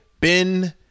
Ben